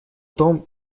том